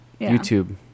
YouTube